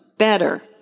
better